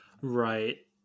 right